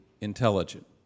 intelligent